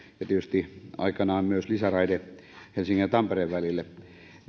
tietysti aikanaan myös lisäraide helsingin ja tampereen välille